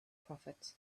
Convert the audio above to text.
prophet